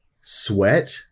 sweat